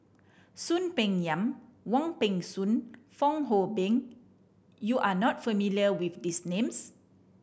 Soon Peng Yam Wong Peng Soon Fong Hoe Beng you are not familiar with these names